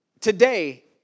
today